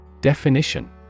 definition